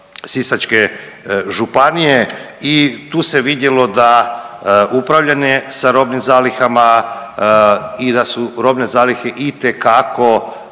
Sisačke županije i tu se vidjelo da upravljanje sa robnim zalihama i da su robne zalihe itekako